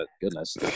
Goodness